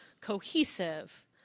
cohesive